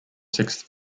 sixth